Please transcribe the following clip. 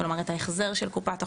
כלומר את ההחזר של קופת החולים.